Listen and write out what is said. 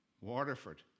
Waterford